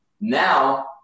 Now